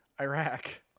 Iraq